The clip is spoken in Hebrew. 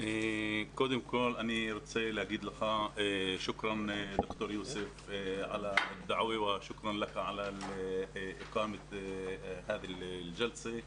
תודה לך ד"ר יוסף על ההזמנה ותודה על קיום הישיבה הזאת,